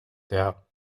der